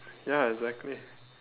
ya exactly